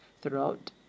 throughout